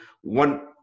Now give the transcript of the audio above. one